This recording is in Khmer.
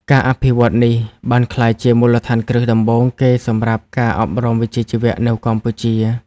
ការអភិវឌ្ឍនេះបានក្លាយជាមូលដ្ឋានគ្រឹះដំបូងគេសម្រាប់ការអប់រំវិជ្ជាជីវៈនៅកម្ពុជា។